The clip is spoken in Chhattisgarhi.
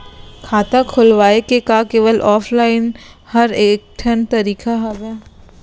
खाता खोलवाय के का केवल ऑफलाइन हर ऐकेठन तरीका हवय?